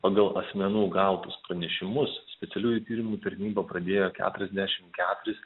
pagal asmenų gautus pranešimus specialiųjų tyrimų tarnyba pradėjo keturiasdešim keturis